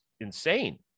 insane